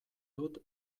dut